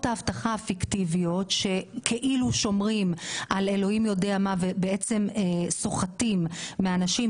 האבטחה הפיקטיביות שכאילו על אלוהים יודע מה ובעצם סוחטים מאנשים,